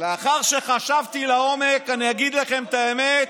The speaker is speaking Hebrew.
ולאחר שחשבתי לעומק, אני אגיד לכם את האמת,